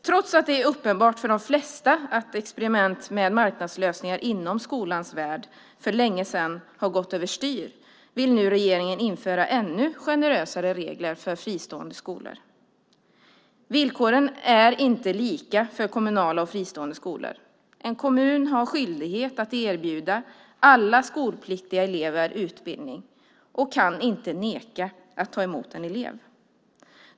Trots att det är uppenbart för de flesta att experiment med marknadslösningar inom skolans värld för länge sedan gått över styr vill regeringen nu införa ännu generösare regler för fristående skolor. Villkoren är inte lika för kommunala och fristående skolor. En kommun har skyldighet att erbjuda alla skolpliktiga elever utbildning och kan inte neka att ta emot en elev.